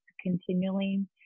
continuing